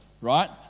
right